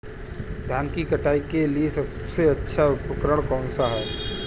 धान की कटाई के लिए सबसे अच्छा उपकरण कौन सा है?